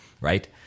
Right